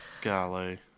golly